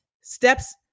steps